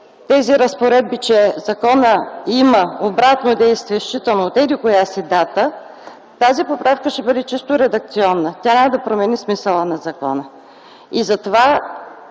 тези разпоредби, че законът има обратно действие, считано от еди-коя си дата, тази поправка ще бъде чисто редакционна и няма да промени смисъла на закона.